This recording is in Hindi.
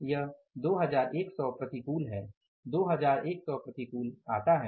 यह 2100 प्रतिकूल 2100 प्रतिकूल आता है